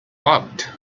locked